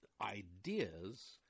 ideas